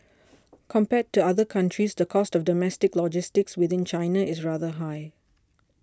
compared to other countries the cost of domestic logistics within China is rather high